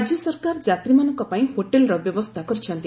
ରାଜ୍ୟ ସରକାର ଯାତ୍ରୀମାନଙ୍କ ପାଇଁ ହୋଟେଲର ବ୍ୟବସ୍ଥା କରିଛନ୍ତି